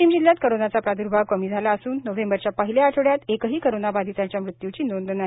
वाशिम जिल्ह्यात कोरोनाचा प्राद्र्भाव कमी झाला असून नोव्हेंबरच्या पहिल्या आठवड्यात एकाही कोरोना बाधितांच्या मृत्यची नोंद नाही